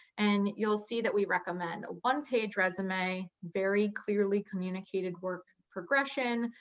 and you'll see that we recommend a one-page resume, very clearly communicated work progression,